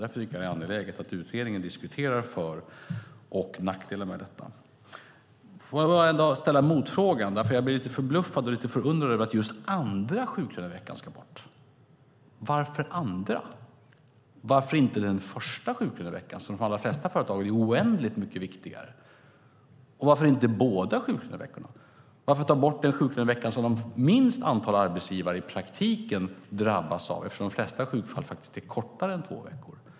Därför tycker jag att det är angeläget att utredningen diskuterar för och nackdelar med detta. Jag vill ställa en motfråga, för jag blir lite förbluffad och förundrad över att just andra sjuklöneveckan ska bort. Varför just den andra? Varför inte den första sjuklöneveckan, som för de allra flesta företagare är oändligt mycket viktigare? Och varför inte båda sjuklöneveckorna? Varför ta bort den sjuklönevecka som minst antal arbetsgivare i praktiken drabbas av, eftersom de flesta sjukfall är kortare än två veckor?